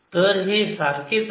तर हे सारखेच आहे